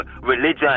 religion